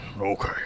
okay